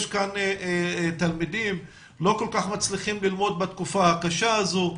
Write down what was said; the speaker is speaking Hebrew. יש כאן תלמידים שלא כל כך מצליחים ללמוד בתקופה הקשה הזו.